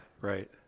Right